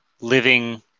living